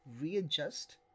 readjust